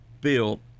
built